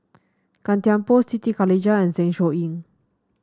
Gan Thiam Poh Siti Khalijah and Zeng Shouyin